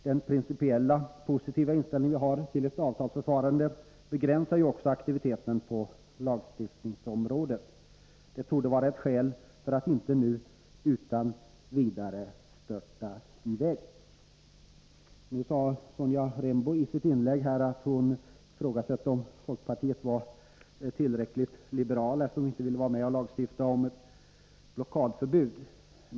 Den principiellt positiva inställning vi har till ett avtalsförfarande begränsar ju också aktiviteten på lagstiftningsområdet. Det torde vara ett skäl för att inte nu utan vidare störta i väg. Nu sade Sonja Rembo i sitt inlägg att hon ifrågasatte om folkpartiet var tillräckligt liberalt, eftersom det inte ville vara med och lagstifta om ett blockadförbud.